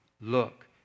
look